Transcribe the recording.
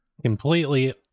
completely